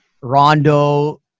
Rondo